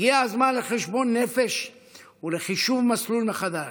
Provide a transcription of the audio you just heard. הגיע הזמן לחשבון נפש ולחישוב מסלול מחדש,